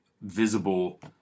visible